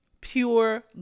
pure